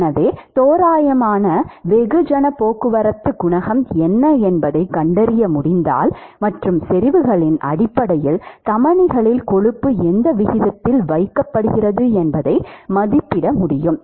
எனவே தோராயமான வெகுஜன போக்குவரத்து குணகம் என்ன என்பதைக் கண்டறிய முடிந்தால் மற்றும் செறிவுகளின் அடிப்படையில் தமனிகளில் கொழுப்பு எந்த விகிதத்தில் வைக்கப்படுகிறது என்பதை மதிப்பிட முடியும்